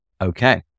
Okay